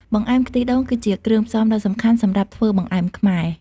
បង្អែម ខ្ទិះដូងគឺជាគ្រឿងផ្សំដ៏សំខាន់សម្រាប់ធ្វើបង្អែមខ្មែរ។